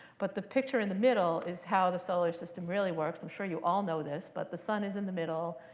but the picture in the middle is how the solar system really works. i'm sure you all know this, but the sun is in the middle.